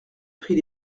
prit